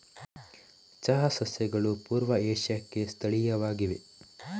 ಚಹಾ ಸಸ್ಯಗಳು ಪೂರ್ವ ಏಷ್ಯಾಕ್ಕೆ ಸ್ಥಳೀಯವಾಗಿವೆ